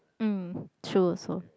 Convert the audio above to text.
mm true also